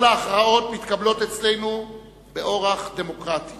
כל ההכרעות מתקבלות אצלנו באורח דמוקרטי